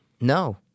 No